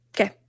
Okay